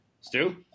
Stu